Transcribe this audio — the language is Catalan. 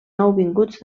nouvinguts